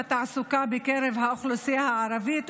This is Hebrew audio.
שיעורי התעסוקה בקרב האוכלוסייה הערבית,